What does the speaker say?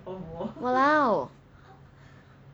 !walao!